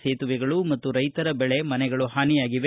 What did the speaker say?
ಸೇತುವೆಗಳು ಮತ್ತು ರೈತರ ಬೆಳೆ ಮನೆಗಳು ಹಾನಿಯಾಗಿವೆ